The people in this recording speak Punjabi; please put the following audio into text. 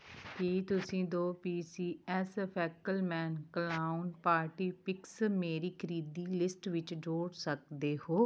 ਕੀ ਤੁਸੀਂ ਦੋ P C S Feckleman clown party picks ਮੇਰੀ ਖਰੀਦੀ ਲਿਸਟ ਵਿੱਚ ਜੋੜ ਸਕਦੇ ਹੋ